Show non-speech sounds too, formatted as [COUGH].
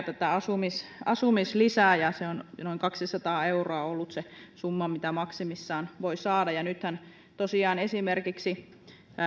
[UNINTELLIGIBLE] tätä asumislisää ja se summa on ollut noin kaksisataa euroa mitä maksimissaan voi saada ja nythän tosiaan esimerkiksi